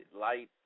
light